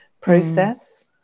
process